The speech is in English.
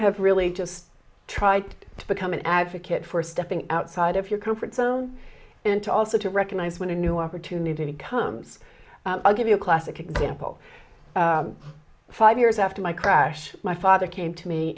have really just tried to become an advocate for stepping outside of your comfort zone and to also to recognize when a new opportunity comes i'll give you a classic example five years after my crash my father came to me